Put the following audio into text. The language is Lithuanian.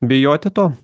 bijoti to